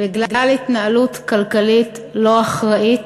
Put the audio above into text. בגלל התנהלות כלכלית לא אחראית